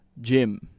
Jim